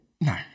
no